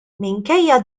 minkejja